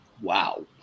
wow